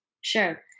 Sure